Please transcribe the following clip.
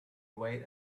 wait